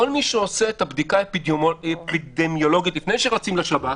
כל מי שעושה את הבדיקה האפידמיולוגית לפני שרצים לשב"כ.